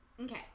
Okay